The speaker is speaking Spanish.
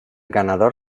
ganador